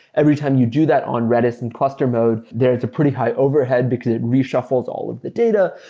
every time you do that on redis in cluster mode, there is a pretty high overhead because it reshuffles all of the data.